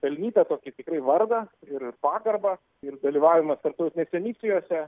pelnytą tokį tikrai vardą ir pagarbą ir dalyvavimą tarptautinėse misijose